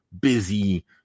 busy